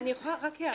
אני יכולה רק הערה?